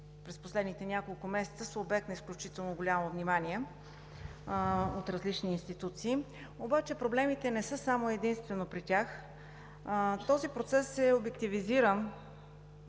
през последните няколко месеца са обект на изключително голямо внимание от различни институции. Но проблемите не са само и единствено при тях. Този процес е обективизиран